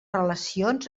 relacions